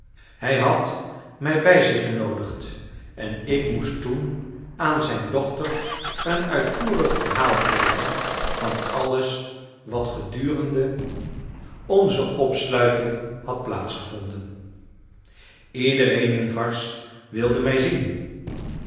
hij had mij bij zich genoodigd en ik moest toen aan zijn dochter een uitvoerig verhaal geven van alles wat gedurende onze opsluiting had plaats gevonden iedereen in varses wilde mij zien